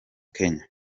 kenya